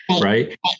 right